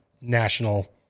national